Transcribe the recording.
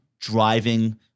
driving